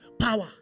power